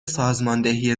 سازماندهی